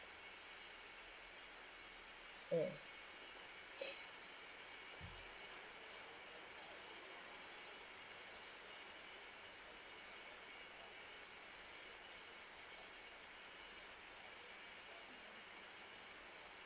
mm